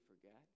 forget